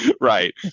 right